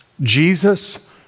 Jesus